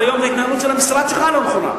אז היום ההתנהלות של המשרד שלך לא נכונה.